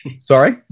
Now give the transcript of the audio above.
sorry